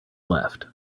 left